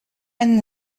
and